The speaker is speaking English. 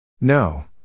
No